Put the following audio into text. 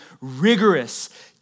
rigorous